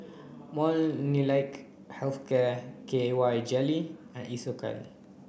Molnylcke Health Care K Y Jelly and Isocal